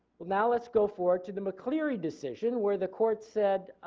well, now let's go forward to the mccleary decision where the court said